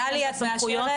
גליה, את מאשרת?